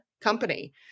company